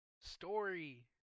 story